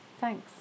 Thanks